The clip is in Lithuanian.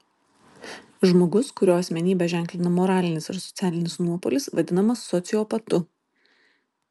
žmogus kurio asmenybę ženklina moralinis ir socialinis nuopolis vadinamas sociopatu